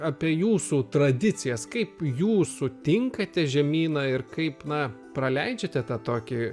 apie jūsų tradicijas kaip jūs sutinkate žemyna ir kaip na praleidžiate tą tokį